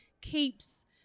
keeps